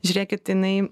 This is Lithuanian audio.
žiūrėkit jinai